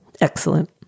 excellent